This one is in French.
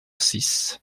six